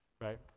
right